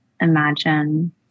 imagine